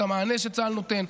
את המענה שצה"ל נותן,